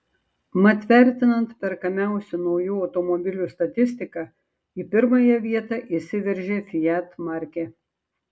mat vertinant perkamiausių naujų automobilių statistiką į pirmąją vietą išsiveržė fiat markė